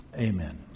amen